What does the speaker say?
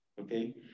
okay